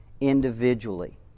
individually